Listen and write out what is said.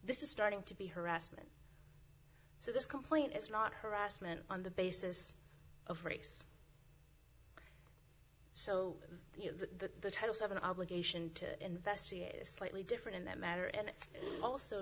this is starting to be harassment so this complaint is not harassment on the basis of race so you know the titles have an obligation to investigate is slightly different in that matter and also